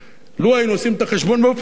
לו היו עושים את החשבון באופן הגון